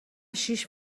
شیش